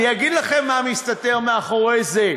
אני אגיד לכם מה מסתתר מאחורי זה: